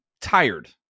tired